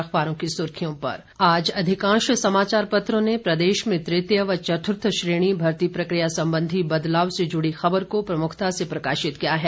अखबारों की सुर्खियों पर आज अधिकांश समाचार पत्रों ने प्रदेश में तृतीय व चतुर्थ श्रेणी भर्ती प्रक्रिया संबंधी बदलाव से जुड़ी खबर को प्रमुखता से प्रकाशित किया है